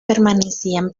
permanecían